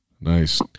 Nice